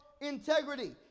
integrity